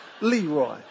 Leroy